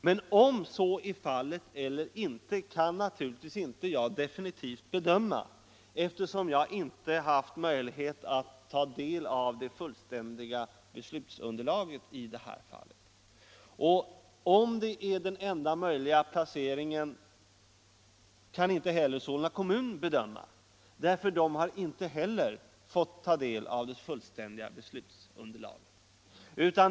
Hur det förhåller sig med detta kan jag naturligtvis inte definitivt bedöma, eftersom jag inte haft möjlighet att ta del av det fullständiga beslutsunderlaget i detta fall. Frågan om den enda möjliga placeringen av terminalerna är på Järvafältet kan inte heller Solna kommun bedöma, eftersom även den saknat möjlighet att ta del av beslutsunderlaget.